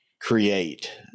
create